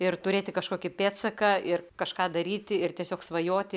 ir turėti kažkokį pėdsaką ir kažką daryti ir tiesiog svajoti